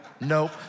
nope